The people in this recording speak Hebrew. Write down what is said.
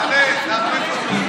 תעלה, תעלה.